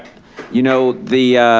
you know the,